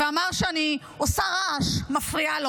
ואמר שאני עושה רעש, מפריעה לו.